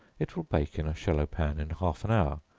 it will bake in a shallow pan in half an hour,